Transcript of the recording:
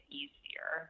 easier